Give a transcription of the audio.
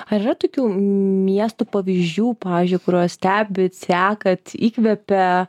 ar yra tokių miestų pavyzdžių pavyzdžiui kuriuos stebit sekat įkvepia